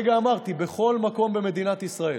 הרגע אמרתי: בכל מקום במדינת ישראל.